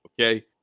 okay